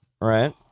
right